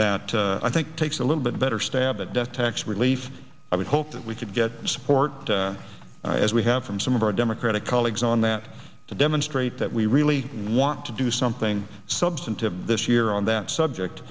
that i think takes a little bit better stab at death tax relief i would hope that we could get support as we have from some of our democratic colleagues on that to demonstrate that we really want to do something substantive this year on that subject